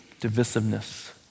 divisiveness